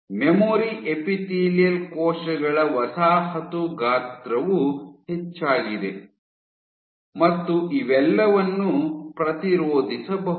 memory epithelial ಕೋಶಗಳ ವಸಾಹತು ಗಾತ್ರವೂ ಹೆಚ್ಚಾಗಿದೆ ಮತ್ತು ಇವೆಲ್ಲವನ್ನೂ ಪ್ರತಿರೋಧಿಸಬಹುದು